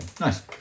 Nice